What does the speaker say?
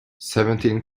seventeen